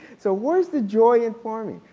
so where is the joy in farming?